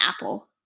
apple